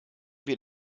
wir